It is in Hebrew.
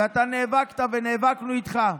ואתה נאבקת, ונאבקנו איתך,